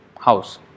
house